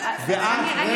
את זה לבסדר, 32 מיליארד?